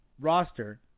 roster